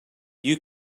you